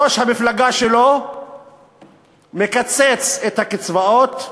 ראש המפלגה שלו מקצץ את הקצבאות,